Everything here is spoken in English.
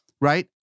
Right